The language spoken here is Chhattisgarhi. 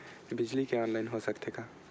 बिजली के ऑनलाइन हो सकथे का?